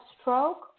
stroke